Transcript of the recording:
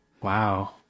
Wow